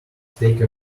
take